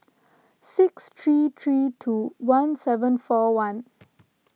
six three three two one seven four one